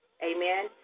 Amen